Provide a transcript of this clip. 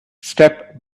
step